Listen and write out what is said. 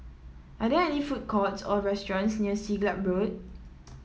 are there any food courts or restaurants near Siglap Road